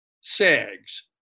sags